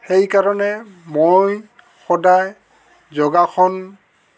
সেইকাৰণে মই সদায় যোগাসন